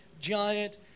giant